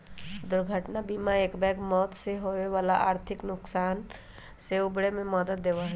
दुर्घटना बीमा एकबैग मौत से होवे वाला आर्थिक नुकसान से उबरे में मदद देवा हई